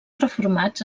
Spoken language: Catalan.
reformats